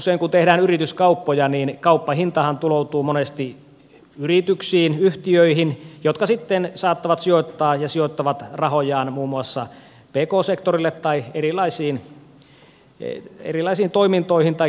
kun tehdään yrityskauppoja kauppahintahan tuloutuu monesti yrityksiin yhtiöihin jotka sitten saattavat sijoittaa ja sijoittavat rahojaan muun muassa pk sektorille tai erilaisiin toimintoihin tai kiinteistöihin